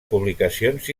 publicacions